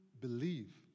believe